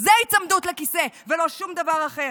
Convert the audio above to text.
זה היצמדות לכיסא, ולא שום דבר אחר.